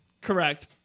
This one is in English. Correct